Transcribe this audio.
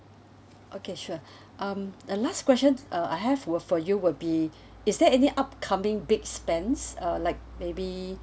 okay sure um the last question uh I have w~ for you will be is there any upcoming big spends uh like maybe